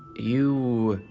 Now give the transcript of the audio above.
you.